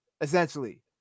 essentially